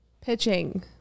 pitching